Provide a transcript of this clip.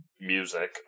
music